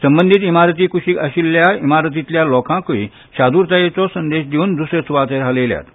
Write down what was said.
संबंदीत इमारती कुशीक आशिल्ल्या इमारतील्या लोकांकूय साद्रतायेचो संदेश दिवन द्सरे सुवातेर हालयल्यात